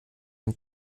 dem